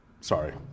Sorry